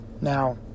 Now